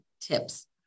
tips